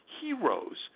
heroes